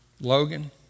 Logan